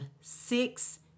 six